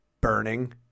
burning